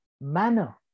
manner